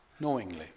knowingly